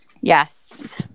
yes